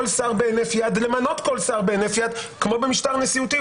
שר בהינף יד ולמנות כל שר בהינף יד כמו במשטר נשיאותי,